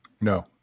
No